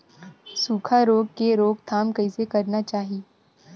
सुखा रोग के रोकथाम कइसे करना चाही?